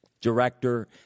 director